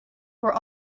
were